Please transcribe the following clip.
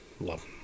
love